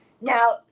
Now